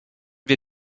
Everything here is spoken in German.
wir